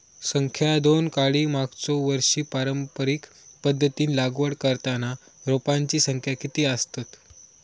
संख्या दोन काडी मागचो वर्षी पारंपरिक पध्दतीत लागवड करताना रोपांची संख्या किती आसतत?